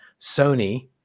Sony